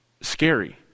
scary